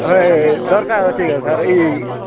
ହଏ ଦରକାର୍ ଅଛି ସାର୍ ଏଇ